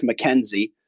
mckenzie